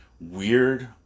weird